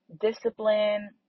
discipline